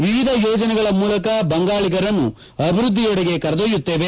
ವಿವಿಧ ಯೋಜನೆಗಳ ಮೂಲಕ ಬಂಗಾಳಿಗರನ್ನು ಅಭಿವೃದ್ದಿಯಡಿಗೆ ಕರೆದೊಯ್ಲುತ್ತೇವೆ